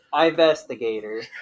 investigator